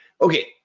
okay